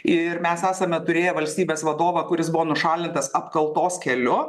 ir mes esame turėję valstybės vadovą kuris buvo nušalintas apkaltos keliu